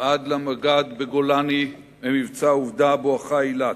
עד למג"ד בגולני במבצע "עובדה" בואכה אילת.